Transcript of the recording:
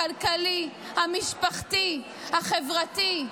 הכלכלי, המשפחתי והחברתי?